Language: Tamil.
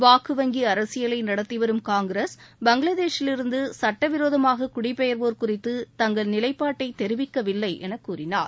வாக்கு வங்கி அரசியலை நடத்தி வரும் காங்கிரஸ் பங்களாதேஷிலிருந்து சுட்டவிரோதமாக குடி பெயர்வோர் குறித்து தங்கள் நிலையை தெரிவிக்கவில்லை என கூறினார்